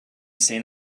seen